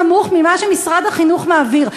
נמוך ממה שמשרד החינוך מעביר.